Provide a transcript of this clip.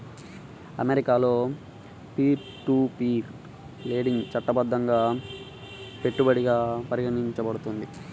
అమెరికాలో peer to peer lending చట్టబద్ధంగా పెట్టుబడిగా పరిగణించబడుతుంది